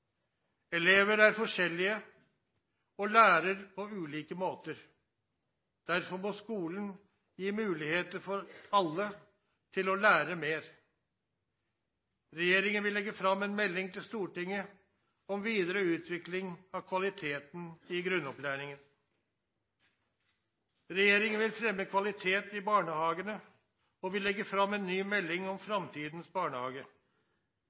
Elever er forskjellige og lærer på ulike måter. Derfor må skolen gi muligheter for alle til å lære mer. Regjeringen vil legge fram en melding til Stortinget om videre utvikling av kvaliteten i grunnopplæringen. Regjeringen vil fremme kvalitet i barnehagene og vil legge fram en ny melding om framtidens barnehage.